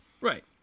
Right